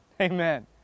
amen